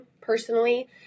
personally